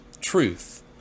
truth